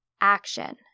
action